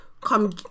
come